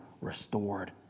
restored